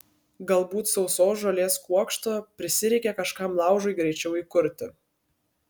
galbūt sausos žolės kuokšto prisireikė kažkam laužui greičiau įkurti